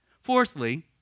Fourthly